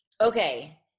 Okay